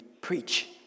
preach